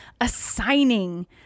assigning